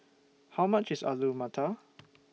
How much IS Alu Matar